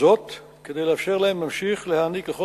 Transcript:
זאת כדי לאפשר להם להמשיך להעניק לכל